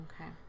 Okay